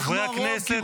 חברי הכנסת